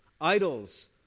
Idols